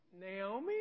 Naomi